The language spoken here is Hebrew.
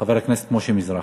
חבר הכנסת משה מזרחי.